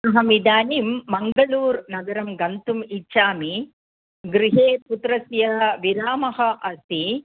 अहमिदानीं मङ्गऴूर् नगरं गन्तुम् इच्छामि गृहे पुत्रस्य विरामः अस्ति